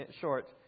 short